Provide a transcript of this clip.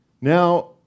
Now